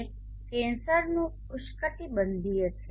જે કેન્સરનું ઉષ્ણકટિબંધીય છે